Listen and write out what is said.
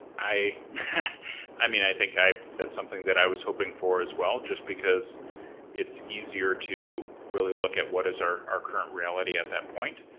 i i mean, i think i, that's something that i was hoping for as well. just because it's easier to, really look at what is our our current reality at that point.